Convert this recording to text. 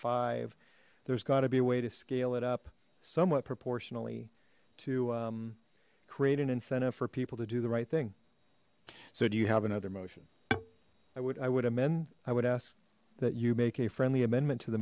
five there's got to be a way to scale it up somewhat proportionally to create an incentive for people to do the right thing so do you have another motion i would i would amend i would ask that you make a friendly amendment to the